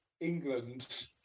england